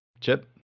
Chip